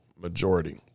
majority